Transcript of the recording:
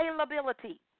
availability